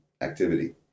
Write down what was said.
activity